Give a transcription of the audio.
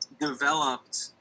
developed